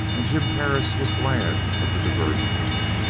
and jim perris was glad of the diversions.